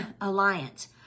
alliance